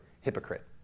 hypocrite